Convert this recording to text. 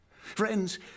Friends